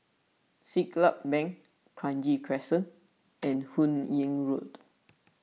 Siglap Bank Kranji Crescent and Hun Yeang Road